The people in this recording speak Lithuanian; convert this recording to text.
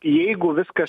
jeigu viskas